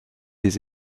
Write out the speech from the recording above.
des